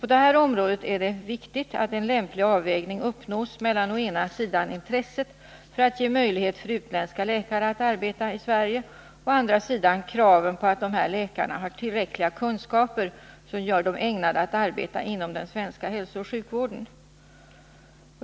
På det här området är det viktigt att en lämplig avvägning uppnås mellan å ena sidan intresset av att ge möjlighet för utländska läkare att arbeta i Sverige och å andka sidan kraven på att dessa läkare har tillräckliga kunskaper som gör dem ägnade att arbeta inom den svenska hälsooch sjukvården.